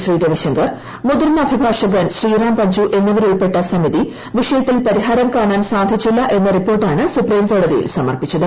ശ്രീ രവിശങ്കർ മുതിർന്ന അഭിഭാഷകൻ ശ്രീറാം പഞ്ചു എന്നിവരുൾപ്പെട്ട സമിതി വിഷയത്തിൽ പരിഹാരം കാണാൻ സാധിച്ചില്ല എന്ന റിപ്പോർട്ടാണ് സുപ്രീംകോടതിയിൽ സമർപ്പിച്ചത്